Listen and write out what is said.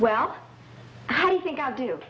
well i think i do